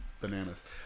bananas